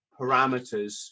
parameters